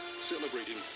celebrating